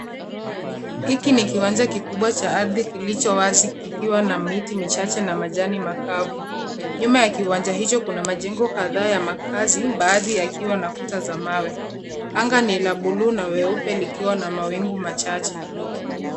Hiki ni kiwanja kikubwa cha ardhi kilichowazi kikiwa na miti michache na majani makavu. Nyuma ya kiwanja hicho kuna majengo kadhaa ya makazi baadhi yakiwa na kuta za mawe. Anga ni la buluu na weupe likiwa na mawingu machache.